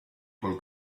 col